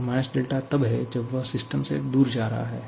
Q तब है जब वह सिस्टम से दूर जा रहा है